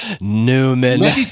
Newman